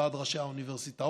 ועד ראשי האוניברסיטאות,